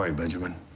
ah benjamin?